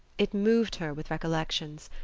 it moved her with recollections.